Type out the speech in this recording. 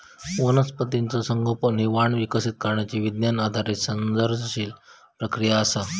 वनस्पतीचा संगोपन हे वाण विकसित करण्यची विज्ञान आधारित सर्जनशील प्रक्रिया असा